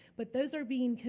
but those are being,